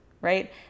right